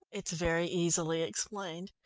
it's very easily explained.